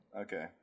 okay